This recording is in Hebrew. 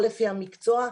או לפי המקצוע,